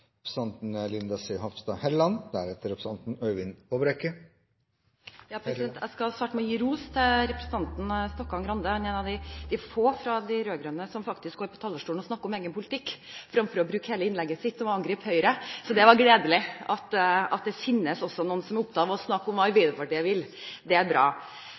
representanten Stokkan-Grande. Han er en av de få fra de rød-grønne som faktisk går på talerstolen og snakker om egen politikk, fremfor å bruke hele innlegget sitt på å angripe Høyre. Det er gledelig at det finnes noen som også er opptatt av å snakke om hva Arbeiderpartiet vil. Det er bra.